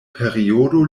periodo